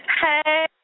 Hey